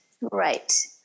right